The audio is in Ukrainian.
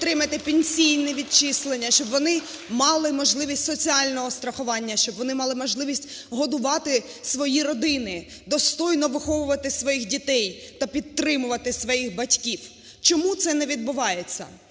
щоб вони мали можливість соціального страхування, щоб вони мали можливість годувати свої родини, достойно виховувати своїх дітей та підтримувати своїх батьків. Чому це не відбувається?